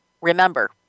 remember